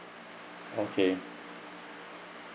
okay